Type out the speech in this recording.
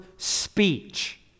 speech